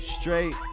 Straight